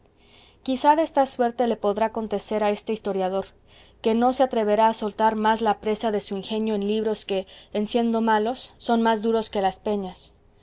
de esta suerte le podrá acontecer a este historiador que no se atreverá a soltar más la presa de su ingenio en libros que en siendo malos son más duros que las peñas